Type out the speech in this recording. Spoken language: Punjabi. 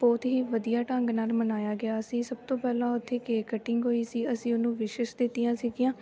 ਬਹੁਤ ਹੀ ਵਧੀਆ ਢੰਗ ਨਾਲ ਮਨਾਇਆ ਗਿਆ ਸੀ ਸਭ ਤੋਂ ਪਹਿਲਾਂ ਉੱਥੇ ਕੇਕ ਕਟਿੰਗ ਹੋਈ ਸੀ ਅਸੀਂ ਉਹਨੂੰ ਵਿਸ਼ਿਸ਼ ਦਿੱਤੀਆਂ ਸੀਗੀਆਂ